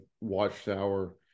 Watchtower